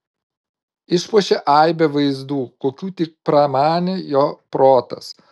išpuošė aibe vaizdų kokių tik pramanė jo protas